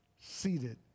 seated